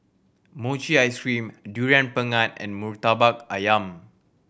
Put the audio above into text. mochi ice cream Durian Pengat and Murtabak Ayam